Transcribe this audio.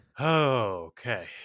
Okay